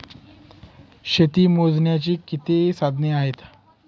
शेती मोजण्याची किती साधने आहेत?